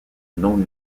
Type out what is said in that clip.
non